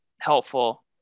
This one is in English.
helpful